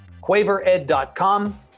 QuaverEd.com